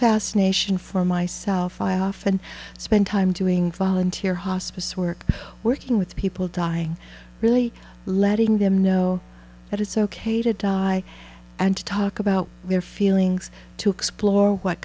fascination for myself i often spend time doing volunteer hospice work working with people dying really letting them know that it's ok to die and to talk about their feelings to explore what